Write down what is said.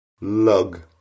Lug